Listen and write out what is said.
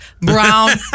brown